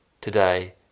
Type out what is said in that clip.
Today